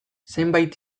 zenbait